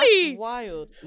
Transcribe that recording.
wild